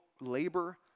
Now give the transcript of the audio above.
labor